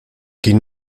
qin